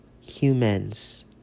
humans